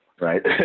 right